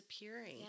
appearing